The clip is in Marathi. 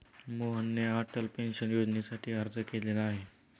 मोहनने अटल पेन्शन योजनेसाठी अर्ज केलेला आहे